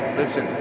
listen